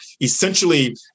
essentially